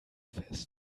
fest